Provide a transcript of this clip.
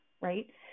right